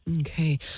Okay